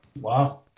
Wow